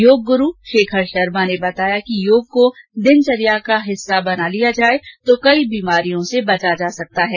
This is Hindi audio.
योग गुरु शेखर शर्मा ने बताया कि योग को दिनचर्या का हिस्सा बना लिया जाए तो कई बीमारियों से बचा जा सकता है